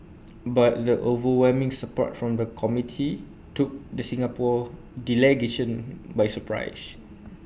but the overwhelming support from the committee took the Singapore delegation by surprise